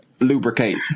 Lubricate